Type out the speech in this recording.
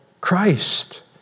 Christ